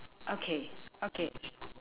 okay okay